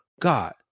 God